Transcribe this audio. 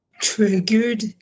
triggered